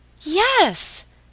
Yes